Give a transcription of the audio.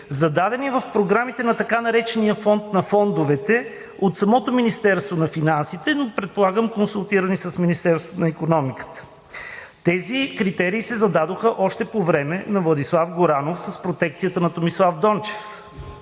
зададени в програмите на така наречения Фонд на фондовете от самото Министерство на финансите, но, предполагам, консултирани с Министерството на икономиката? Тези критерии се зададоха още по времето на Владислав Горанов, с протекцията на Томислав Дончев